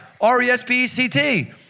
R-E-S-P-E-C-T